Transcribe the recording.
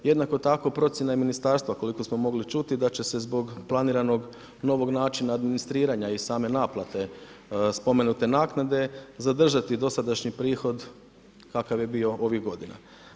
Jednako tako procjena je Ministarstva koliko smo mogli čuti da će se zbog planiranog novog načina administriranja i same naplate spomenute naknade zadržati dosadašnji prihod kakav je bio ovih godina.